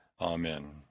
amen